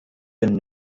been